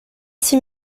six